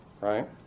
right